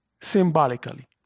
symbolically